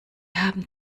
haben